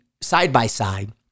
side-by-side